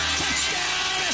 touchdown